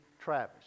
Travis